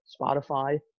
Spotify